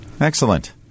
Excellent